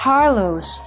Carlos